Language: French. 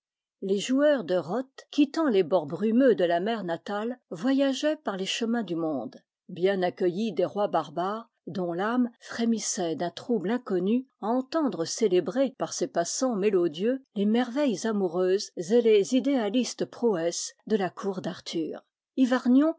les joueurs de rote quittant les bords brumeux de la mer natale voyageaient par les chemins du monde bien accueil lis des rois barbares dont l'âme frémissait d'un trouble inconnu à entendre célébrer par ces passants mélodieux les merveilles amoureuses et les idéalistes prouesses de la cour d'arthur